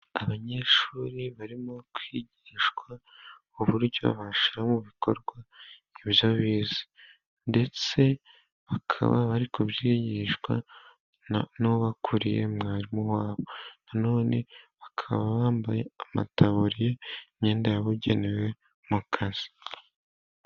Abanyeshuri barimo kwigishwa, uburyo bashyira mu bikorwa ibyobize ndetse bakaba bari, kubyigishwa n'ubakuriye mwarimu wabo, nanone bakaba bambaye amataburiya, imyenda yabugenewe mu kazi.